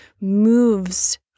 moves